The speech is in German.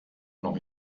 noch